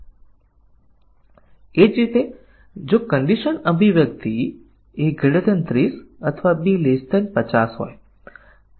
તેથી જ્યારે પણ આપણી પાસે નિર્ણય નિવેદન હોય તો તે if while for ના સ્વરૂપમાં હોય આપણે તપાસીશું કે આમાંથી દરેક નિર્ણય સાચા મૂલ્ય અને ખોટા મૂલ્ય બંને ધારે છે કે કેમ તો પછી આપણે કહીએ કે 100 ટકા શાખા કવરેજ પ્રાપ્ત થાય છે